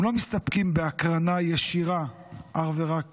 הם לא מסתפקים בהקרנה ישירה אך ורק